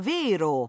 vero